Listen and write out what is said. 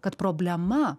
kad problema